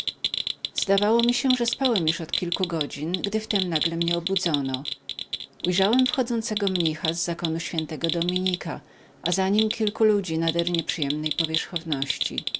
zdawało mi się że spałem już od kilku godzin gdy wtem nagle mnie obudzono ujrzałem wchodzącego mnicha z zakonu świętego dominika a za nim kilku ludzi nader nieprzyjemnej powierzchowności